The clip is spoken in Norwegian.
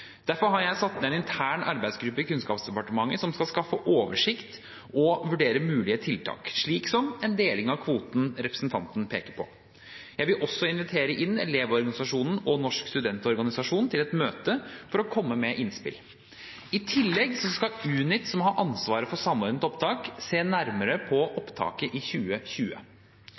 Derfor har jeg satt ned en intern arbeidsgruppe i Kunnskapsdepartementet som skal skaffe oversikt og vurdere mulige tiltak, slik som en deling av kvoten, som representanten peker på. Jeg vil også invitere Elevorganisasjonen og Norsk studentorganisasjon til et møte for å komme med innspill. I tillegg skal Unit, som har ansvaret for Samordna opptak, se nærmere på opptaket i 2020.